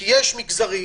כי יש מגזרים